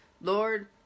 Lord